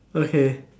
okay